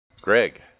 Greg